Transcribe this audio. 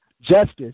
Justice